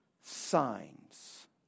signs